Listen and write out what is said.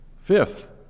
Fifth